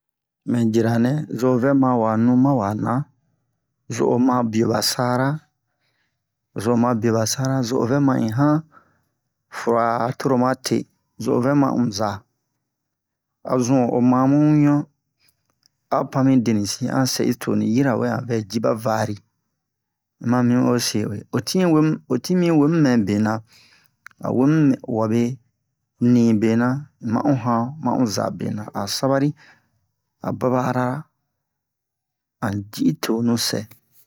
Mɛ jira nɛ zun o vɛ ma wa nu ma wa na zun o ma biyo ba sara zun o ma biye ba sara zun o vɛ man in han fura toro ma te zun o vɛ ma in za azun o ma mu ɲu a'o pan mi denisi an sɛ in tonu yirawe an vɛ jiba vari un ma mimu o se uwe o tin yi womu o tin yi mi womu mɛ bena a'o wemu mɛ wabe un ni bena un ma un han ma un za bena a'o sabari a'o baba ara a un ji un tonu sɛ